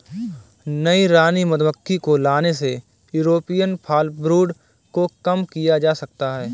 नई रानी मधुमक्खी को लाने से यूरोपियन फॉलब्रूड को कम किया जा सकता है